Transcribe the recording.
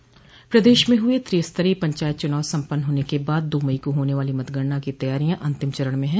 प्रदेश में हुए त्रिस्तरीय पंचायत चुनाव सम्पन्न होने के बाद दो मई को होने वाली मतगणना की तैयारियां अंतिम चरण में हैं